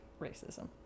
racism